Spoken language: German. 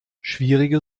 schwierige